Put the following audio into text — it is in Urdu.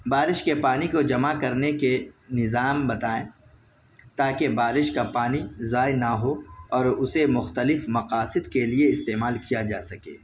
بارش کے پانی کو جمع کرنے کے نظام بتائیں تاکہ بارش کا پانی ضائع نہ ہو اور اسے مختلف مقاصد کے لیے استعمال کیا جا سکے